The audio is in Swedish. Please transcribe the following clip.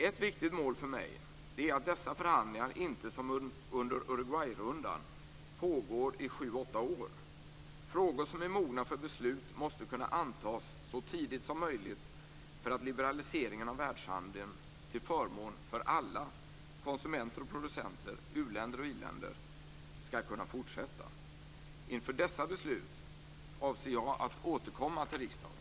Ett viktigt mål för mig är att dessa förhandlingar inte som under Uruguayrundan pågår i sju åtta år. Frågor som är mogna för beslut måste kunna antas så tidigt som möjligt för att liberaliseringen av världshandeln till förmån för alla - konsumenter och producenter, u-länder och i-länder - skall kunna fortsätta. Inför dessa beslut avser jag att återkomma till riksdagen.